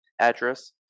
address